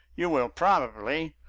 you will probably,